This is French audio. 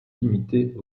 limiter